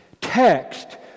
text